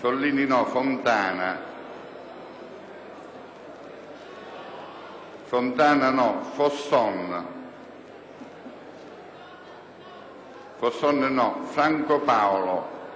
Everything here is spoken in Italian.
Franco Paolo Galioto,